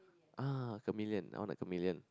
ah chameleon I want a chameleon